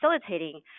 facilitating